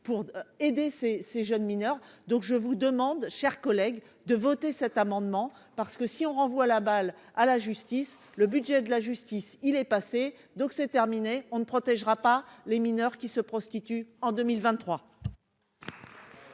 pour aider ces ces jeunes mineurs, donc je vous demande chers collègues de voter cet amendement parce que si on renvoie la balle à la justice, le budget de la justice, il est passé donc c'est terminé, on ne protégera pas les mineurs qui se prostituent en 2023.